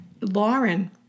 Lauren